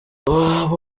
abo